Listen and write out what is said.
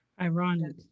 Ironic